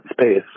space